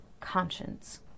conscience